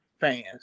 fans